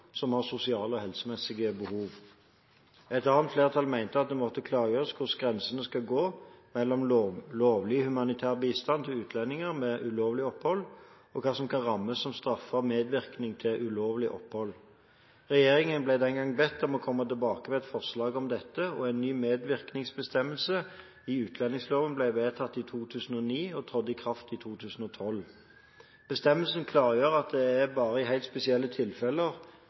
som har sosiale og helsemessige behov. Et annet flertall mente at det måtte klargjøres hvor grensene skal gå mellom lovlig humanitær bistand til utlendinger med ulovlig opphold og hva som kan rammes som straffbar medvirkning til ulovlig opphold. Regjeringen ble den gangen bedt om å komme tilbake med et forslag om dette, og en ny medvirkningsbestemmelse i utlendingsloven ble vedtatt i 2009 og trådte i kraft i 2012. Bestemmelsen klargjør at det bare i helt spesielle tilfeller